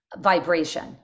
vibration